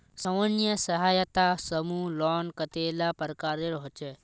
स्वयं सहायता समूह लोन कतेला प्रकारेर होचे?